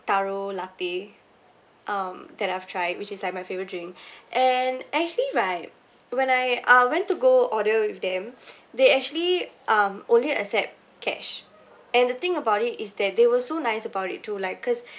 taro latte um that I've tried which is like my favourite drink and actually right when I uh went to go order with them they actually um only accept cash and the thing about it is that they were so nice about it to like cause